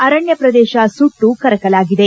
ಅರಣ್ಡ ಪ್ರದೇಶ ಸುಟ್ಟು ಕರಕಲಾಗಿದೆ